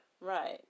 Right